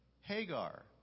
Hagar